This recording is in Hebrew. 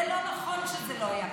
זה לא נכון שזה לא היה כתוב.